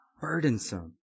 burdensome